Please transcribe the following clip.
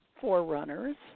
forerunners